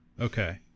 Okay